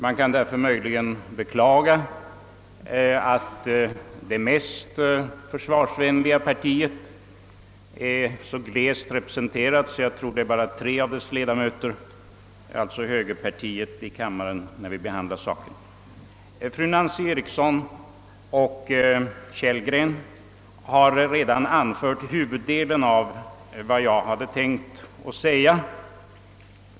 Man kan därför möjligen beklaga att det mest »försvarsvänliga partiet», högerpartiet, är så fåtaligt representerat. Fru Eriksson i Stockholm och herr Kellgren har redan anfört huvuddelen av vad jag hade tänkt säga.